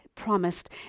promised